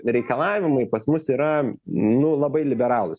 reikalavimai pas mus yra nu labai liberalūs